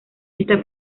está